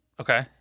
Okay